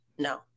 No